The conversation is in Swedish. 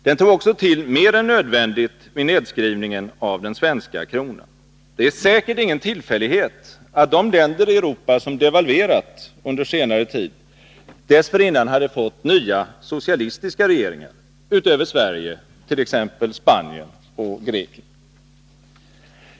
Den tog också till mer än nödvändigt vid nedskrivningen av den svenska kronan. Det är säkert ingen tillfällighet att de länder i Europa som devalverat under senare tid dessförinnan hade fått nya socialistiska regeringar — utöver Sverige t.ex. Spanien och Grekland.